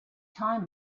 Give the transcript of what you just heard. time